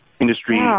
industry